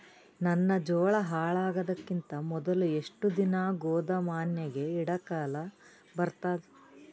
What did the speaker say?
ನನ್ನ ಜೋಳಾ ಹಾಳಾಗದಕ್ಕಿಂತ ಮೊದಲೇ ಎಷ್ಟು ದಿನ ಗೊದಾಮನ್ಯಾಗ ಇಡಲಕ ಬರ್ತಾದ?